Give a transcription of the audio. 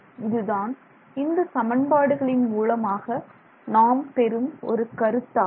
இதுதான் இந்த சமன்பாடுகளின் மூலமாக நாம் பெறும் ஒரு கருத்தாகும்